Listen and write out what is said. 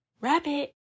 Rabbit